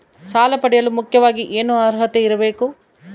ಸಾಲ ಪಡೆಯಲು ಮುಖ್ಯವಾಗಿ ಏನು ಅರ್ಹತೆ ಇರಬೇಕು?